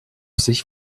sich